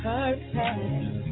Perfect